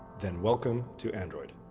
then welcome to android.